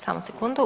Samo sekundu.